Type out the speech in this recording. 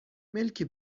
ملکی